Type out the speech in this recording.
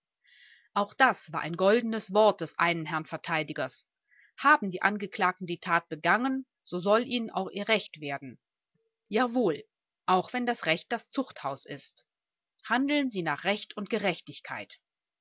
auch das war ein goldenes wort des einen herrn verteidigers haben die angeklagten die tat begangen so soll ihnen auch ihr recht werden jawohl auch wenn das recht das zuchthaus ist handeln sie nach recht und gerechtigkeit